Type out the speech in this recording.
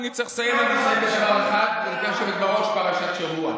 חברי חבר הכנסת ג'אבר,